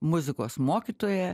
muzikos mokytoją